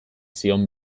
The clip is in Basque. zion